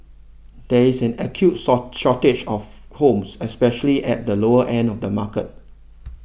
there is an acute shortage of homes especially at the lower end of the market